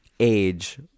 age